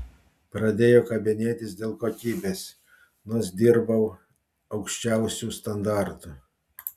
pradėjo kabinėtis dėl kokybės nors dirbau aukščiausiu standartu